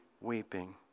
weeping